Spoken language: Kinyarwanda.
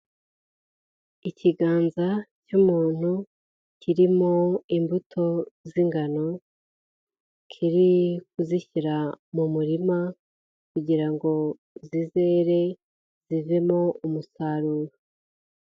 Ikiganza cy'umuntu kirimo imbuto z'ingano, kiri kuzishyira mu murima kugira ngo zizere zivemo umusaruro.